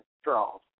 straws